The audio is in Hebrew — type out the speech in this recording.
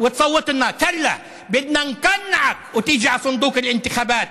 ואל לנו לכפות על הציבור סיסמאות ריקות מתוכן,